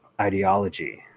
ideology